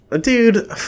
dude